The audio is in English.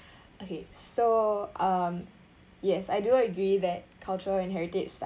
okay so um yes I do agree that culture and heritage site